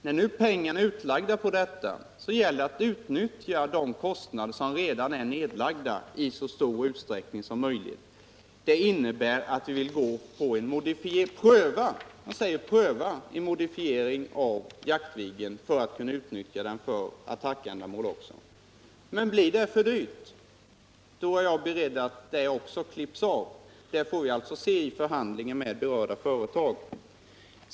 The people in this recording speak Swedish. När nu pengarna för denna är utlagda gäller det att i så stor utsträckning som möjligt utnyttja det redan utförda arbetet. Det innebär att vi vill pröva — jag understryker pröva — en modifiering av Jaktviggen för att kunna utnyttja också den för attackändamål. Jag är dock inställd på att försöken avbryts, om en modifiering visar sig bli alltför dyr. Men detta får vi se i förhandlingen med berörda företag.